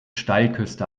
steilküste